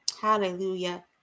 hallelujah